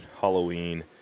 Halloween